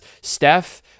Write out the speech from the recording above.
Steph